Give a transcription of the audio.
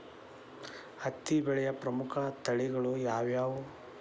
ಹತ್ತಿ ಬೆಳೆಯ ಪ್ರಮುಖ ತಳಿಗಳು ಯಾವ್ಯಾವು?